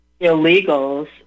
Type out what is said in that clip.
illegals